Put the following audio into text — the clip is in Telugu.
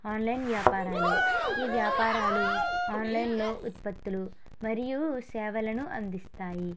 ఆన్లైన్ వ్యాపారాలు ఈ వ్యాపారాలు ఆన్లైన్లో ఉత్పత్తులు మరియు సేవలను అందిస్తాయి